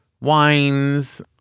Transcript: wines